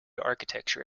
architecture